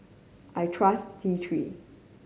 I trust T Three